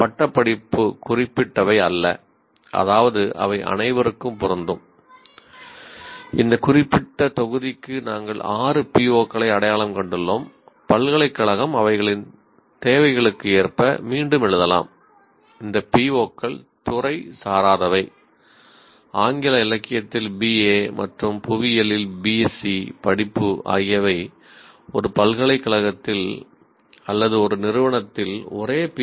படிப்பு ஆகியவை ஒரு பல்கலைக்கழகத்தில் அல்லது ஒரு நிறுவனத்தில் ஒரே பி